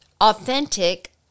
authentic